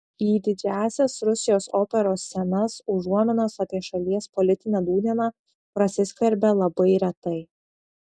į didžiąsias rusijos operos scenas užuominos apie šalies politinę nūdieną prasiskverbia labai retai